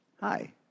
Hi